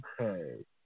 Okay